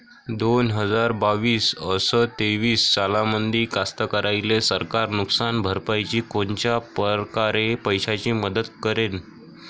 दोन हजार बावीस अस तेवीस सालामंदी कास्तकाराइले सरकार नुकसान भरपाईची कोनच्या परकारे पैशाची मदत करेन?